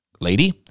lady